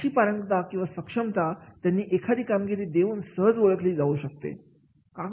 अशी पारंगतता किंवा सक्षमता त्यांना एखादी कामगिरी देऊन सहज ओळखली जाऊ शकते